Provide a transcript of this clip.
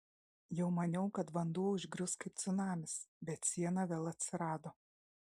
jau maniau kad vanduo užgrius kaip cunamis bet siena vėl atsirado